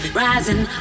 rising